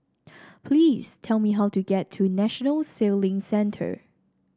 please tell me how to get to National Sailing Centre